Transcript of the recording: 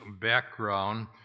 background